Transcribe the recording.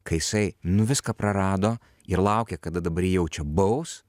kai jisai nu viską prarado ir laukė kada dabar jį jau čia baus